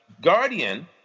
Guardian